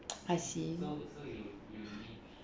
I see